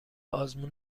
آزمون